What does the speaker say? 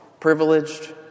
Privileged